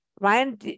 Ryan